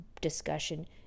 discussion